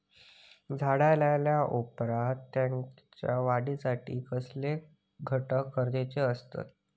झाड लायल्या ओप्रात त्याच्या वाढीसाठी कसले घटक गरजेचे असत?